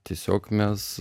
tiesiog mes